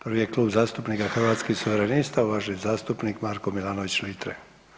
Prvi je Klub zastupnika Hrvatskih suverenista uvaženi zastupnik Marko Milanović Litre.